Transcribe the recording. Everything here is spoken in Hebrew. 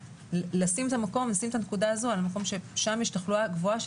לשים את הנקודה הזו על המקום ששם יש תחלואה גבוהה,